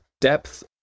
depth